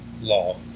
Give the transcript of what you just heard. law